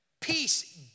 Peace